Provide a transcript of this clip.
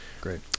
great